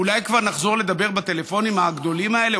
אולי כבר נחזור לדבר בטלפונים הגדולים האלה?